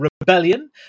Rebellion